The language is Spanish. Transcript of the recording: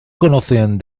conocen